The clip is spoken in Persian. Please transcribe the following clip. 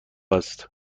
است